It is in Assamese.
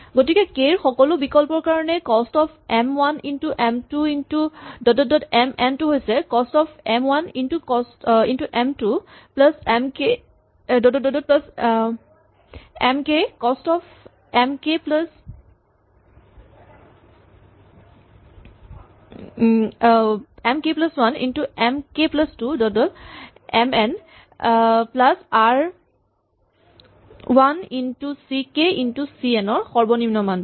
গতিকে কে ৰ সকলো বিকল্পৰ কাৰণে cost of M one into M two into M N টো হৈছে cost of M one into M two plus M K cost of M K plus one into M K plus two M N plus আৰ one into C K into C N ৰ সৰ্বনিম্ন মানটো